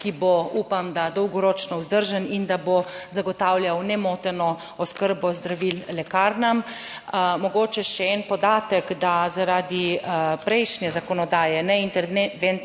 ki bo, upam, da dolgoročno vzdržen in da bo zagotavljal nemoteno oskrbo zdravil lekarnam. Mogoče še en podatek, da zaradi prejšnje zakonodaje, ne interventnega,